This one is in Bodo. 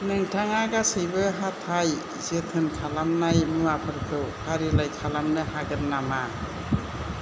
नोंथाङा गासैबो हाथाय जोथोन खालामनाय मुवाफोरखौ फारिलाइ खालामनो हागोन नामा